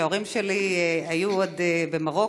כשההורים שלי היו עוד במרוקו